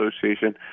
association